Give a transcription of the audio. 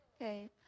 Okay